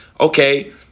okay